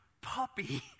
puppy